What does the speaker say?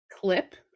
clip